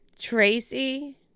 Tracy